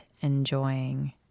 enjoying